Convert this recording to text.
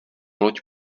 loď